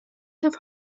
have